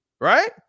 right